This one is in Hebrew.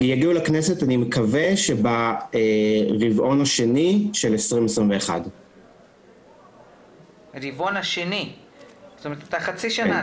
אני מקווה שברבעון השני של 2021. זאת אומרת עוד חצי שנה.